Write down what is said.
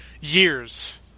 years